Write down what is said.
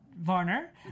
Varner